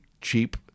cheap